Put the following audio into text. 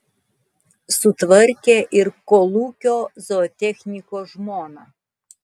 sutvarkė ir kolūkio zootechniko žmoną